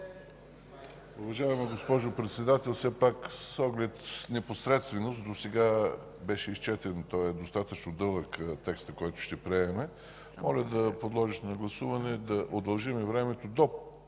Уважаема госпожо Председател, с оглед непосредственост, досега беше изчетен този достатъчно дълъг текст, който ще приемем, моля да подложите на гласуване да удължим времето до